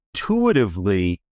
intuitively